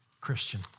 Christian